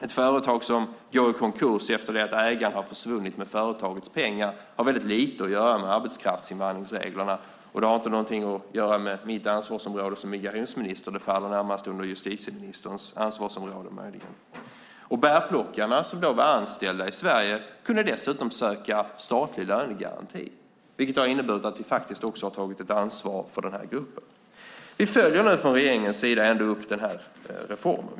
Ett företag som går i konkurs efter det att ägaren har försvunnit med företagets pengar har väldigt lite att göra med arbetskraftsinvandringsreglerna, och det har inte någonting att göra med mitt ansvarsområde som migrationsminister utan faller möjligen närmast under justitieministerns ansvarsområde. Bärplockarna som då var anställda i Sverige kunde dessutom söka statlig lönegaranti, vilket har inneburit att vi också har tagit ett ansvar för den här gruppen. Vi följer nu från regeringens sida upp reformen.